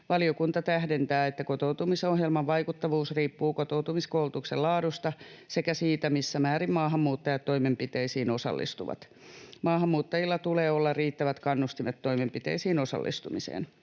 Valiokunta tähdentää, että kotoutumisohjelman vaikuttavuus riippuu kotoutumiskoulutuksen laadusta sekä siitä, missä määrin maahanmuuttajat toimenpiteisiin osallistuvat. Maahanmuuttajilla tulee olla riittävät kannustimet toimenpiteisiin osallistumiseen.